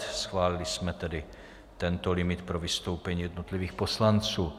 Schválili jsme tedy tento limit pro vystoupení jednotlivých poslanců.